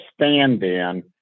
stand-in